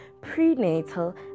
prenatal